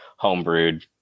homebrewed